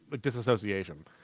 disassociation